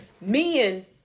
men